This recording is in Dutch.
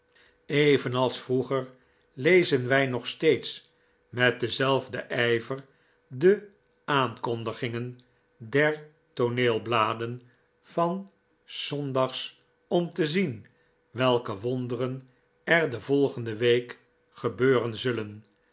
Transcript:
evenals vroeger lezen wij nog steeds met denzelfden ijver de aankondigingen der tooneelbladen van s zondags om te zien welke wonderen er de volgende week gebeuren zullen